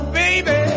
baby